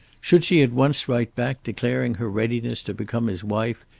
should she at once write back declaring her readiness to become his wife,